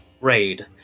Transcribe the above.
raid